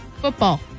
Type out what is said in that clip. Football